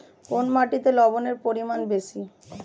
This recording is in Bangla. কোন মাটিতে লবণের পরিমাণ বেশি?